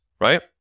right